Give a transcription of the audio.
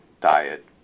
diet